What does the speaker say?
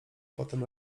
potem